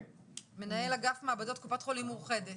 מנהל אגף המעבדות, קופת חולים מאוחדת.